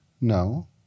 no